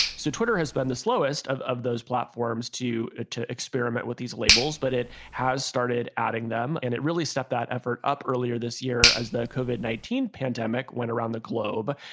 so twitter has been the slowest of of those platforms to ah to experiment with these labels, but it has started adding them. and it really stopped that effort up earlier this year as the cogat nineteen pandemic went around the globe.